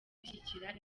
gushyigikira